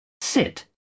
sit